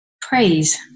praise